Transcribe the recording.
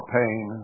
pain